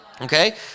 Okay